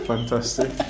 Fantastic